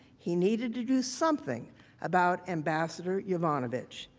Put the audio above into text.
he needed to do something about ambassador yovanovitch.